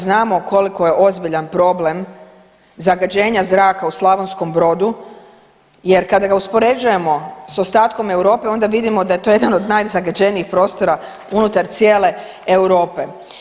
Znamo koliko je ozbiljan problem zagađenja zraka u Slavonskom Brodu jer kada ga uspoređujemo s ostatkom Europe onda vidimo da je to jedan od najzagađenijih prostora unutar cijele Europe.